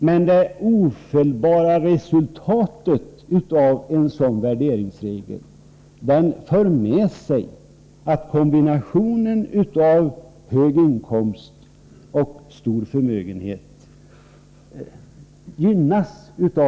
Men resultatet av en sådan värderingsregel blir ofelbart att personer med kombinationen hög inkomst och stor förmögenhet gynnas.